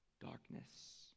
darkness